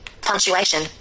punctuation